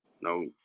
No